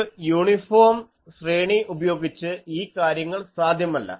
ഒരു യൂണിഫോം ശ്രേണി ഉപയോഗിച്ച് ഈ കാര്യങ്ങൾ സാധ്യമല്ല